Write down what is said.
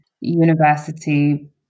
university